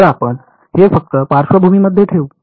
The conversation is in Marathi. तर आपण हे फक्त पार्श्वभूमीमध्ये ठेवू